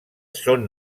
són